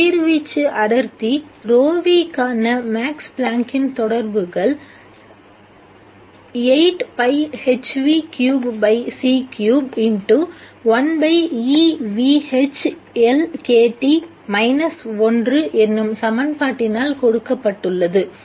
கதிர்வீச்சு அடர்த்தி ρν க்கான மேக்ஸ் பிளாங்க்கின் தொடர்புகள் என்னும் சமன்பாட்டினால் கொடுக்கப்பட்டுள்ளது